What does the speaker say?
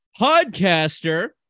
podcaster